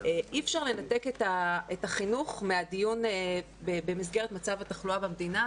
אי-אפשר לנתק את החינוך מהדיון במסגרת מצב התחלואה במדינה,